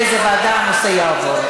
אם לא נגיע להבנה,